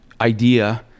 idea